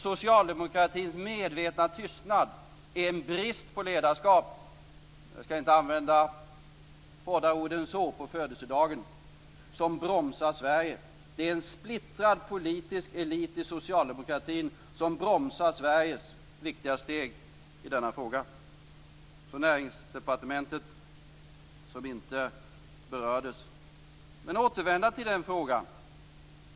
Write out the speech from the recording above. Socialdemokratins medvetna tystnad är en brist på ledarskap - jag skall inte använda hårdare ord än så på födelsedagen - som bromsar Sverige. Det är en splittrad politisk elit i socialdemokratin som bromsar Sveriges viktiga steg i denna fråga. Näringsdepartementet berördes inte, men jag återvänder till den frågan.